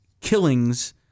killings